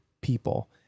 people